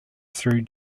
through